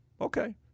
Okay